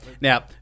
now